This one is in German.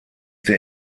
der